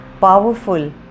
powerful